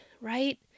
right